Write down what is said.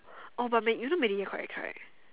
oh but med you know media quite ex right